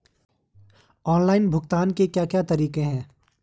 Online भुगतान के क्या क्या तरीके हैं?